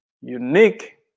unique